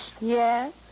Yes